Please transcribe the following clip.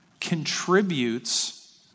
contributes